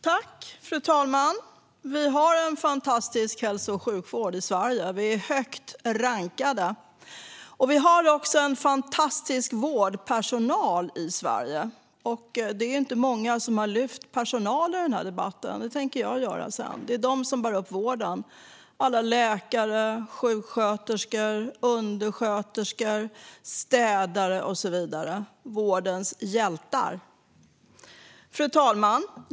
Fru talman! Vi har en fantastisk hälso och sjukvård i Sverige. Vi är högt rankade. Vi har också en fantastisk vårdpersonal i Sverige. Det är inte många som har lyft fram personalen i debatten. Det tänker jag göra sedan. Det är den som bär upp vården. Det är alla läkare, sjuksköterskor, undersköterskor, städare och så vidare. De är vårdens hjältar. Fru talman!